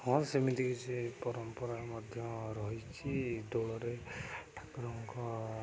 ହଁ ସେମିତି କିଛି ପରମ୍ପରା ମଧ୍ୟ ରହିଛି ଦୋଳରେ ଠାକୁରଙ୍କ